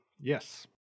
Yes